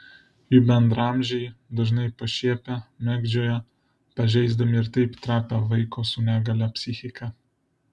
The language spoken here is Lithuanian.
jų bendraamžiai dažnai pašiepia mėgdžioja pažeisdami ir taip trapią vaiko su negalia psichiką